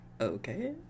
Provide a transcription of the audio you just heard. Okay